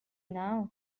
now